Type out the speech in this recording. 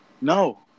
No